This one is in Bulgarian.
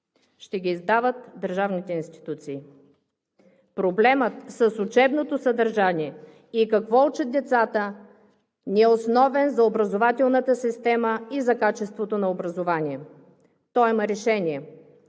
Ще ги издават държавните институции. Проблемът с учебното съдържание и какво учат децата ни е основен за образователната система и за качеството на образованието. Той има решение